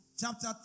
Chapter